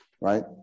right